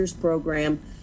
program